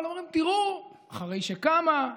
אבל אומרים: תראו, אחרי שהיא קמה,